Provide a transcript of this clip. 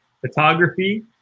photography